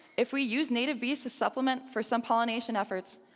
if we use native bees to supplement for some pollination efforts,